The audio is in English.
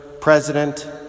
president